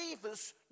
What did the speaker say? believers